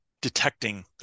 detecting